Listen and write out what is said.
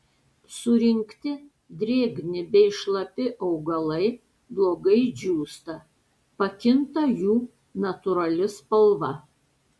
surinkti drėgni bei šlapi augalai blogai džiūsta pakinta jų natūrali spalva